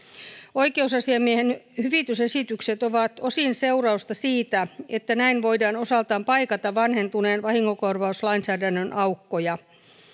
oikeusasiamiehen hyvitysesitykset ovat osin seurausta siitä että näin voidaan osaltaan paikata vanhentuneen vahingonkorvauslainsäädännön aukkoja